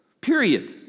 Period